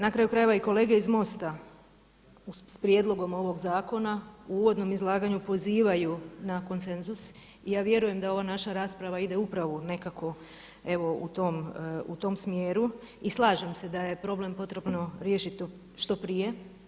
Na kraju krajeva i kolege iz Mosta s prijedlogom ovog zakona u uvodnom izlaganju pozivaju na konsenzus i ja vjerujem da ova naša rasprava ide upravu nekako u tom smjeru i slažem se da je problem potrebno riješiti što prije.